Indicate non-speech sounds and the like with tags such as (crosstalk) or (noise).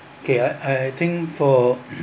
okay I I think for (coughs)